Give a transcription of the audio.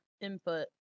input